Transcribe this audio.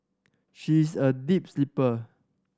she is a deep sleeper